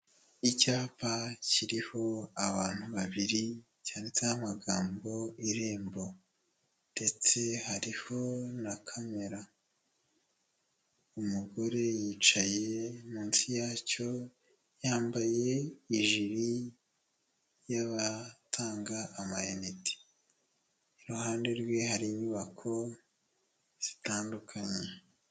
Icyapa kiriho abantu babiri cyanditseho amagambo irembo, ndetse hariho na kamera umugore yicaye munsi yacyo yambaye ijiri y'abatanga ama inite iruhande rwe hari inyubako zitandukanye.